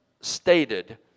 stated